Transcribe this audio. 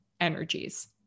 energies